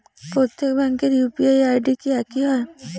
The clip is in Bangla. প্রত্যেক ব্যাংকের ইউ.পি.আই আই.ডি কি একই হয়?